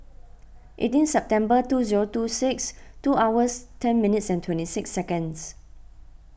eighteen September two zero two six two hours ten minutes and twenty six seconds